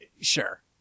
Sure